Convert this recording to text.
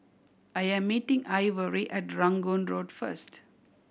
I am meeting Ivory at Rangoon Road first